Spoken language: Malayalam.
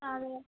ആ അതെ